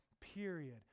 period